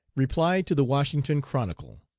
reply to the washington chronicle.